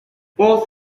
both